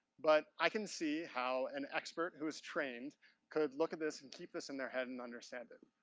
but, i can see how an expert who is trained could look at this and keep this in their head and understand it.